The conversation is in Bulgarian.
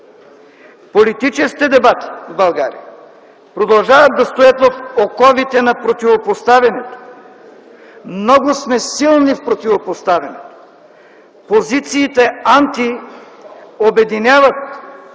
Политическите дебати в България продължават да стоят в оковите на противопоставянето. Много сме силни в противопоставянето. Позициите „анти” обединяват,